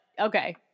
okay